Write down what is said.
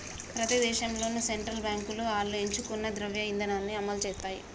ప్రతి దేశంలోనూ సెంట్రల్ బాంకులు ఆళ్లు ఎంచుకున్న ద్రవ్య ఇదానాన్ని అమలుసేత్తాయి